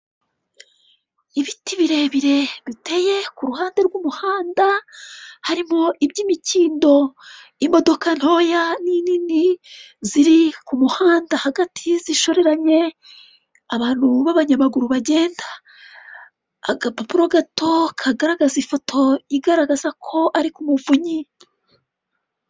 Ibiti birebire biteye kuruhande rw'umuhanda harimo iby'imikindo imodoka ntoya n'inini ziri ku muhanda hagati zishoreranye, abantu b'abanyamaguru bagenda agapapuro gato kagaragaza ifoto igaragaza ko ari k'umuvunyi.